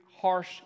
harsh